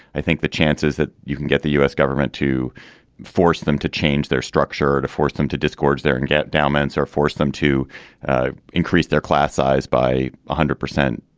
i think the chances that you can get the u s. government to force them to change their structure to force them to disgorge there and get down ments or force them to increase their class size by one ah hundred percent.